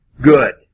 good